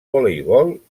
voleibol